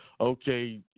okay